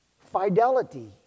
fidelity